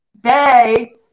day